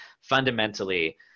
fundamentally